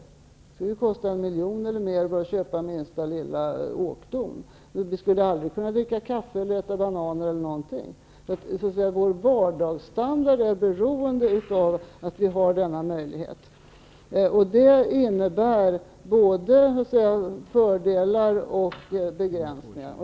Det skulle kosta en miljon eller mer att köpa minsta lilla åkdon. Vi skulle aldrig kunna dricka kaffe eller äta bananer. Vår vardagsstandard är beroende av att vi har denna möjlighet. Detta innebär både fördelar och begränsningar.